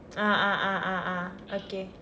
ah ah ah ah ah okay